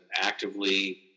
actively